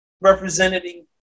representing